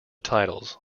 titles